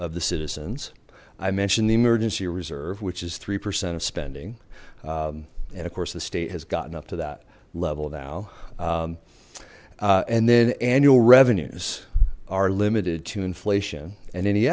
of the citizens i mentioned the emergency reserve which is three percent of spending and of course the state has gotten up to that level now and then annual revenues are limited to inflation and any